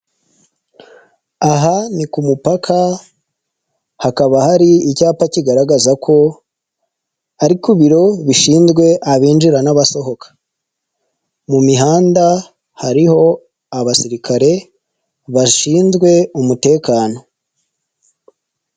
Aha ni ku mupaka, hakaba hari icyapa kigaragaza ko ariko ibiro bishinzwe abinjira n'abasohoka, mu mihanda hariho abasirikare, bashinzwe umutekano.